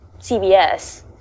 CBS